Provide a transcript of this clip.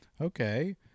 Okay